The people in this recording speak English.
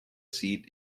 seat